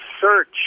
search